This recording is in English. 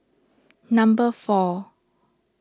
number four